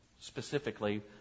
Specifically